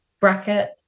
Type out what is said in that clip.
bracket